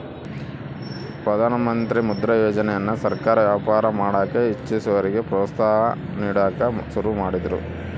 ಪ್ರಧಾನಮಂತ್ರಿ ಮುದ್ರಾ ಯೋಜನೆಯನ್ನ ಸರ್ಕಾರ ವ್ಯಾಪಾರ ಮಾಡಕ ಇಚ್ಚಿಸೋರಿಗೆ ಪ್ರೋತ್ಸಾಹ ನೀಡಕ ಶುರು ಮಾಡಿದ್ರು